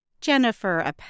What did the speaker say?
Jennifer